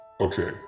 Okay